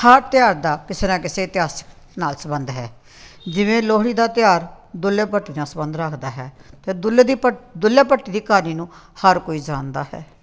ਹਰ ਤਿਉਹਾਰ ਦਾ ਕਿਸੇ ਨਾ ਕਿਸੇ ਇਤਿਹਾਸਿਕ ਨਾਲ ਸੰਬੰਧ ਹੈ ਜਿਵੇਂ ਲੋਹੜੀ ਦਾ ਤਿਉਹਾਰ ਦੁੱਲੇ ਭੱਟੀ ਨਾਲ ਸੰਬੰਧ ਰੱਖਦਾ ਹੈ ਅਤੇ ਦੁੱਲੇ ਦੀ ਭੱ ਦੁਲੇ ਭੱਟੀ ਦੀ ਕਹਾਣੀ ਨੂੰ ਹਰ ਕੋਈ ਜਾਣਦਾ ਹੈ